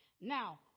Now